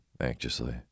anxiously